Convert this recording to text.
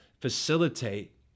facilitate